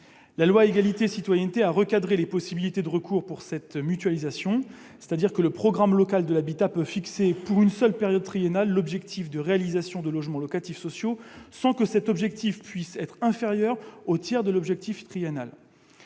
et à la citoyenneté a recadré les possibilités de recours à cette mutualisation : le programme local de l'habitat peut fixer, pour une seule période triennale, l'objectif de réalisation de logements locatifs sociaux, sans que cet objectif puisse être inférieur au tiers de l'objectif triennal.